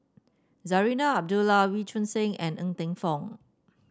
Zarinah Abdullah Wee Choon Seng and Ng Teng Fong